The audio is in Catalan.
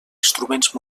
instruments